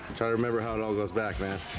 try to remember how it all goes back man